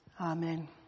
Amen